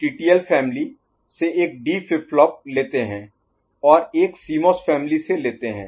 तो हम TTL family से एक डी फ्लिप फ्लॉप लेते हैं और एक सीमॉस फॅमिली से लेते हैं